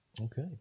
Okay